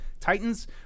Titans